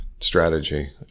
strategy